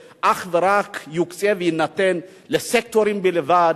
יוקצו ויינתנו אך ורק לסקטורים בלבד,